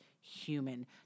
human